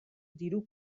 diru